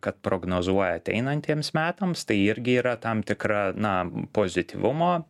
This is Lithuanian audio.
kad prognozuoja ateinantiems metams tai irgi yra tam tikra na pozityvumo